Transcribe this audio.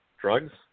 Drugs